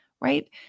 right